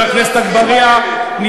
וצרפת שולחת נשק למרצחים האלה,